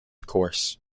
course